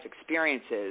experiences